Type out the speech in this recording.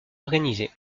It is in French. organisés